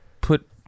put